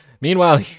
Meanwhile